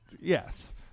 yes